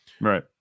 right